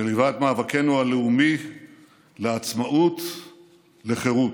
שליווה את מאבקנו הלאומי לעצמאות, לחירות.